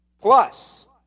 plus